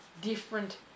different